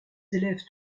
élèvent